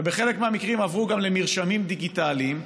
ובחלק מהמקרים עברו גם למרשמים דיגיטליים,